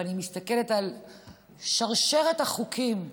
ואני מסתכלת על שרשרת החוקים,